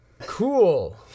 Cool